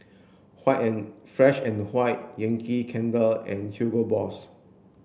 Fresh and White Yankee Candle and Hugo Boss